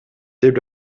деп